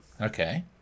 Okay